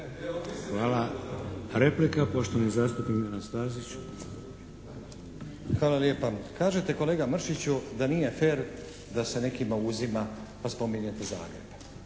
Hvala. Replika, poštovani zastupnik Nenad Stazić. **Stazić, Nenad (SDP)** Hvala lijepa. Kažete, kolega Mršiću, da nije fer da se nekima uzima pa spominjete Zagreb.